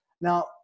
Now